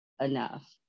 enough